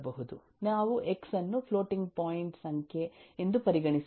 ನಾವು ಎಕ್ಸ್ ಅನ್ನು floating point ಸಂಖ್ಯೆ ಎಂದು ಪರಿಗಣಿಸುತ್ತೇವೆ